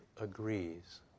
agrees